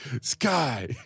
Sky